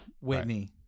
Whitney